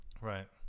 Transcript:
right